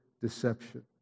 deception